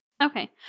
Okay